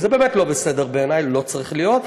זה באמת לא בסדר בעיני, לא צריך להיות.